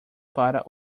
para